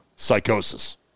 Psychosis